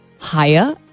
higher